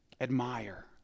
Admire